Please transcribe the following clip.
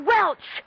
Welch